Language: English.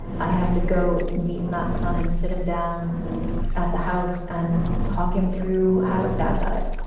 i had to go meet my son and sit him down at the house and talk him through how his dad died.